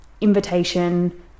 invitation